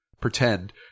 pretend